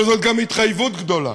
אבל זאת גם התחייבות גדולה,